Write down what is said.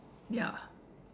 ya